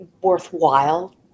worthwhile